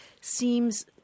seems